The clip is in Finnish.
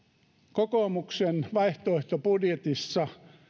kokoomuksen vaihtoehtobudjetissa